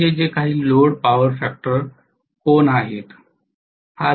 अंदाजे जे काही लोड पॉवर फॅक्टर कोन आहे